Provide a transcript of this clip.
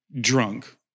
drunk